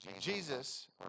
jesus